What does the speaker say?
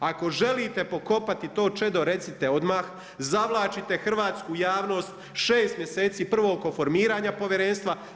Ako želite pokopati to čedo, recite odmah, zavlačite hrvatsku javnost 6 mjeseci prvo oko formiranja povjerenstva.